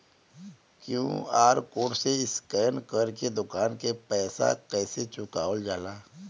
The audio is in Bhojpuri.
क्यू.आर कोड से स्कैन कर के दुकान के पैसा कैसे चुकावल जाला?